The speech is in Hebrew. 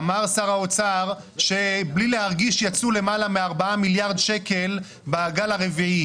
אמר שר האוצר שבלי להרגיש יצאו למעלה מ-4 מיליארד שקל בגל הרביעי.